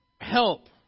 help